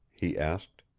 he asked.